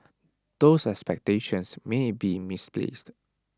those expectations may be misplaced